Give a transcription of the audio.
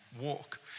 walk